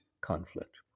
conflict